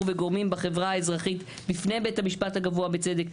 וגורמים בחברה האזרחית בפני בית המשפט הגבוהה לצדק,